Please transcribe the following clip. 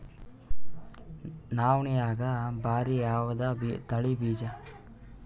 ನವಣಿಯಾಗ ಭಾರಿ ಯಾವದ ತಳಿ ಬೀಜ?